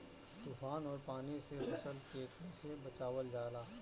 तुफान और पानी से फसल के कईसे बचावल जाला?